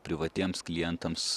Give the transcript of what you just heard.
privatiems klientams